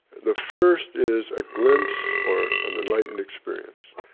the first is a glimpse or an enlightened experience.